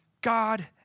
God